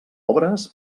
obres